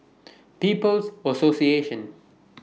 People's Association